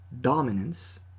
dominance